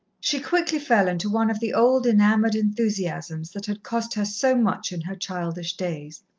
she quickly fell into one of the old, enamoured enthusiasms that had cost her so much in her childish days.